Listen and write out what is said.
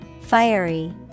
Fiery